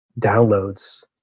downloads